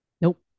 Nope